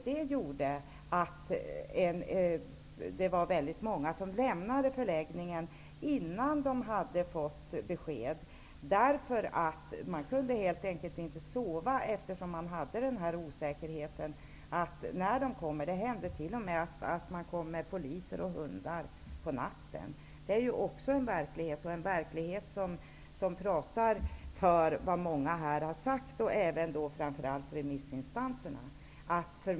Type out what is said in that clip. Det gjorde att väldigt många lämnade förläggningen innan de hade fått besked. De kunde helt enkelt inte sova, eftersom de levde med den här osäkerheten. Det hände t.o.m. att det kom poliser med hundar på natten. Det är också en verklighet och en verklighet som talar för vad många här och framför allt remissinstanserna har sagt.